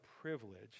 privileged